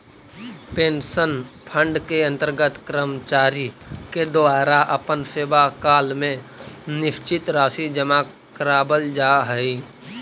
pension fund के अंतर्गत कर्मचारि के द्वारा अपन सेवाकाल में निश्चित राशि जमा करावाल जा हई